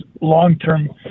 long-term